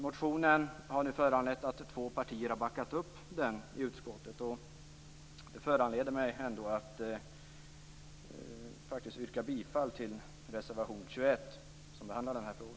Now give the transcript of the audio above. Motionen har nu backats upp av två partier i utskottet. Det föranleder mig att yrka bifall till reservation 21, som behandlar denna fråga.